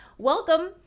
Welcome